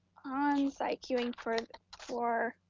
onsite queuing for for